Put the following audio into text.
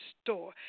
store